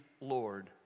lord